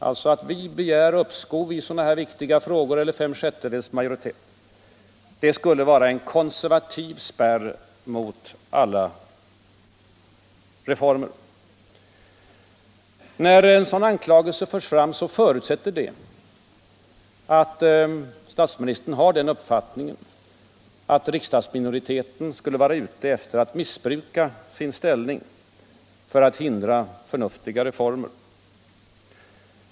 Alltså, att vi begär uppskov eller fem sjättedels majoritet i sådana viktiga frågor skulle vara en ”konservativ spärr mot alla reformer”. När en sådan anklagelse förs fram, förutsätter detta också att statsministern har den uppfattningen, att riksdagsminoriteten skulle vara ute efter att missbruka sin ställning och vilja hindra förnuftiga reformer.